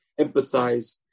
empathize